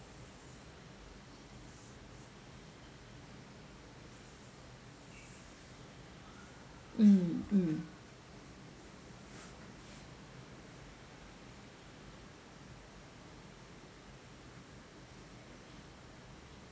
mm mm